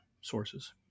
sources